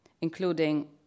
including